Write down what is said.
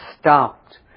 stopped